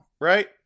right